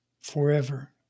forever